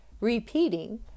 Repeating